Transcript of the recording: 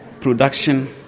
production